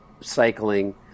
cycling